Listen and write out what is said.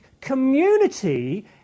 community